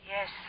Yes